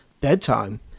bedtime